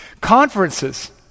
Conferences